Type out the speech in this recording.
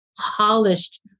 polished